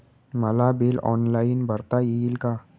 मला bill online भरता येईल का?